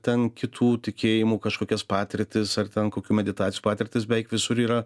ten kitų tikėjimų kažkokias patirtis ar ten kokių meditacijų patirtis beveik visur yra